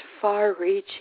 far-reaching